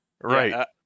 Right